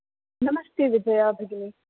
नमस्ते विजयाभगिनि